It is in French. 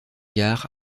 gare